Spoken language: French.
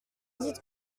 dites